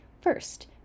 First